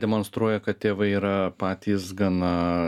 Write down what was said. demonstruoja kad tėvai yra patys gana